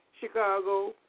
Chicago